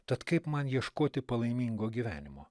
tad kaip man ieškoti palaimingo gyvenimo